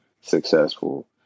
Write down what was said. successful